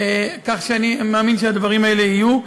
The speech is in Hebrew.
כך שאני מאמין שהדברים האלה יהיו.